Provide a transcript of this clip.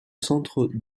centre